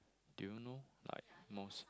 do you know like most